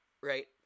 right